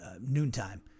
noontime